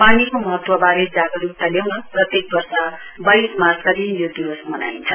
पानीको महत्वबारे जागरूकता ल्याउन प्रत्येक वर्ष बाइस मार्चका दिन यो दिवस मनाइन्छ